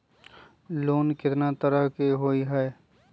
Loan केतना तरह के होअ हई?